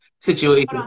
situation